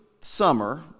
summer